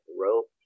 rope